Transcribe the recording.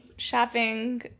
Shopping